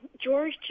George